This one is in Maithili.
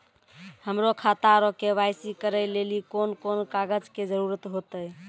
हमरो खाता रो के.वाई.सी करै लेली कोन कोन कागज के जरुरत होतै?